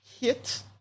Hit